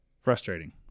frustrating